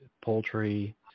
poultry